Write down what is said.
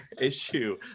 issue